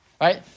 Right